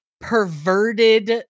perverted